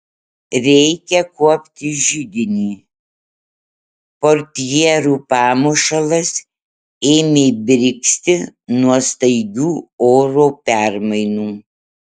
reikia kuopti židinį portjerų pamušalas ėmė brigzti nuo staigių oro permainų